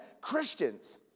Christians